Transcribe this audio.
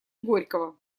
горького